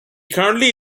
currently